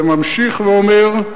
וממשיך ואומר: